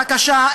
בבקשה,